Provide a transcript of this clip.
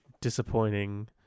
disappointing